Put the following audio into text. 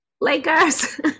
Lakers